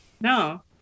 no